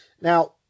now